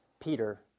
Peter